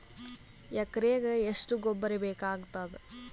ಎಕರೆಗ ಎಷ್ಟು ಗೊಬ್ಬರ ಬೇಕಾಗತಾದ?